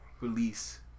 release